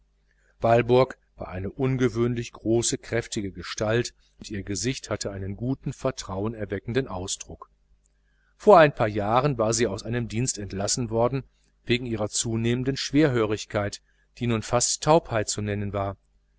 walburg war eine ungewöhnlich große kräftige gestalt und ihr gesicht hatte einen guten vertrauenerweckenden ausdruck vor ein paar jahren war sie aus einem dienst entlassen worden wegen ihrer zunehmenden schwerhörigkeit die nun fast taubheit zu nennen war